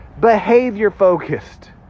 behavior-focused